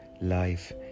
life